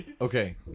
Okay